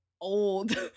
old